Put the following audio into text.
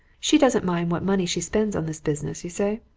she doesn't mind what money she spends on this business, you say?